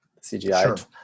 CGI